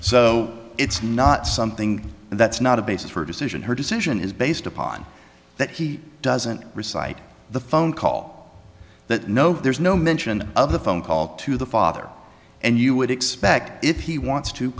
so it's not something that's not a basis for a decision her decision is based upon that he doesn't reciting the phone call that no there's no mention of the phone call to the father and you would expect if he wants to